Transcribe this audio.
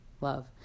love